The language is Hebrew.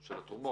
של התרומות?